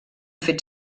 fet